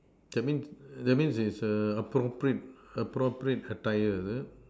that means that means is a appropriate appropriate attire is it